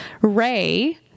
Ray